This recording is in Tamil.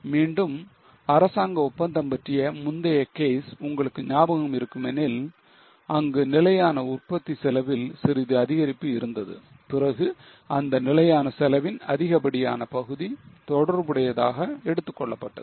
மீண்டும் அரசாங்க ஒப்பந்தம் பற்றிய முந்தைய கேஸ் உங்களுக்கு ஞாபகம் இருக்கும் எனில் அங்கு நிலையான உற்பத்தி செலவில் சிறிது அதிகரிப்பு இருந்தது பிறகு அந்த நிலையான செலவின் அதிகப்படியான பகுதி தொடர்புடையதாக எடுத்துக் கொள்ளப்பட்டது